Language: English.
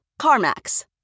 CarMax